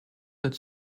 that